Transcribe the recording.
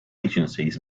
agencies